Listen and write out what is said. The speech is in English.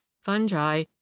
fungi